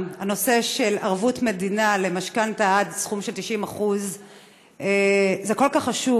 הנושא של ערבות מדינה למשכנתה עד 90% זה כל כך חשוב,